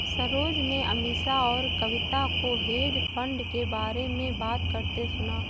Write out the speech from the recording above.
सरोज ने अमीषा और कविता को हेज फंड के बारे में बात करते सुना